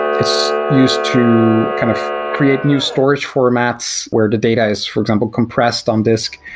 it's used to kind of create new storage formats where the data is, for example, compressed on disk.